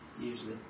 Usually